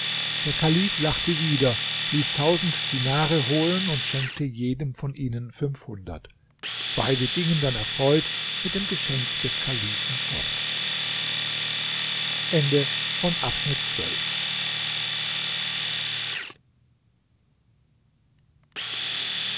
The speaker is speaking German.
der kalif lachte wieder ließ tausend dinare holen und schenkte jedem von ihnen fünfhundert beide gingen dann erfreut mit dem geschenk des kalifen fort